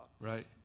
Right